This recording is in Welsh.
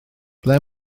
ble